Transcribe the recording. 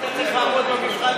לא היית צריך לעמוד במבחן.